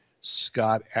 Scott